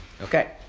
Okay